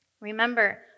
Remember